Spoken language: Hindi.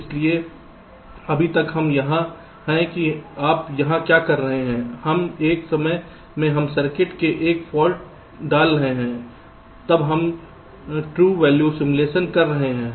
इसलिए अभी तक हम यहाँ हैं कि आप यहाँ क्या कर रहे हैं हम एक समय में हम सर्किट में एक फाल्ट डाल रहे हैं तब हम ट्रू वैल्यू सिमुलेशन कर रहे थे